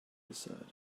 desired